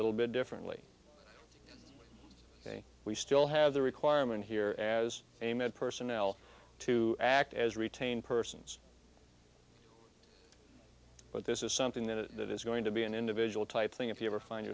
little bit differently we still have the requirement here as a med personnel to act as retain persons but this is something that is going to be an individual type thing if you ever find